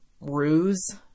ruse